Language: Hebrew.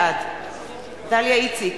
בעד דליה איציק,